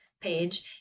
page